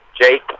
Jake